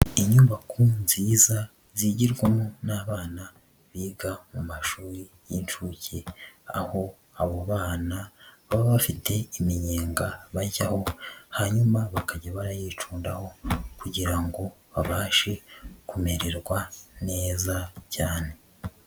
Inyubako nziza zigirwamo n'abana biga mu mashuri y'inshuke, aho abo bana baba bafite iminyenga bajyaho hanyuma bakajya barayicundaho kugira ngo babashe kumererwa neza cyane.